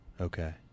Okay